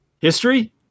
history